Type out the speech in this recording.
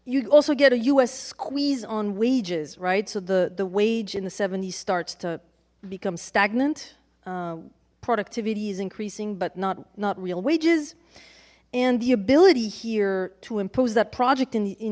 you also get a u s squeeze on wages right so the the wage in the seventy starts to become stagnant productivity is increasing but not not real wages and the ability here to impose that project in